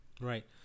right